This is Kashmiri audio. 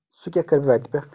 سُہ کیاہ کرِ وَتہِ پٮ۪ٹھ